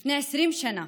לפני 20 שנה,